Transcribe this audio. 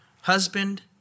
husband